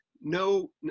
no